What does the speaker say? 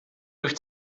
durch